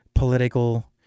political